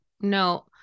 no